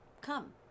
come